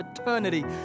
eternity